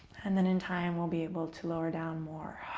and then in time, we'll be able to lower down more.